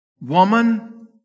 Woman